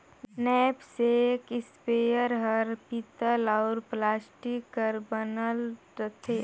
knapsack sprayer हर पीतल अउ प्लास्टिक कर बनल रथे